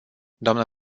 dnă